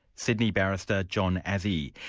sydney barrister, john azzi.